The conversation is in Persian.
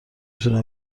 تونم